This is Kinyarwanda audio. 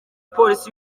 polisi